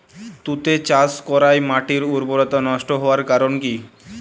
তুতে চাষ করাই মাটির উর্বরতা নষ্ট হওয়ার কারণ কি?